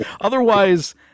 Otherwise